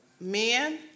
Men